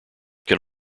can